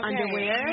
underwear